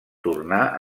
tornà